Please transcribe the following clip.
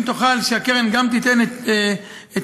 אם תוכל שגם הקרן תיתן את שלה,